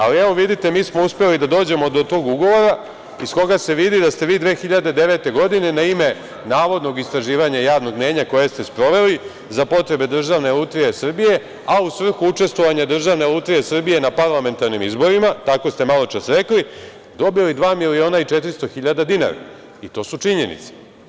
Ali, evo, vidite, mi smo uspeli da dođemo do tog ugovora iz koga se vidi da ste vi 2009. godine na ime navodnog istraživanja javnog mnenja koje ste sproveli za potrebe Državne lutrije Srbije, a u svrhu učestvovanja Državne lutrije Srbije na parlamentarnim izborima, tako ste maločas rekli, dobili 2.400.000 dinara, i to su činjenice.